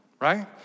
right